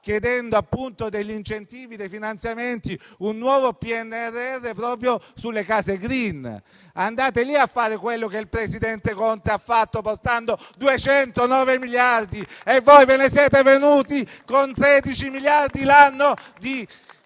chiedendo degli incentivi e dei finanziamenti, un nuovo PNRR proprio sulle Case *green*. Andate lì a fare quello che il presidente Conte ha fatto, portando 209 miliardi. Voi ve ne siete venuti con 16 miliardi all'anno di